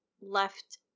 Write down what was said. left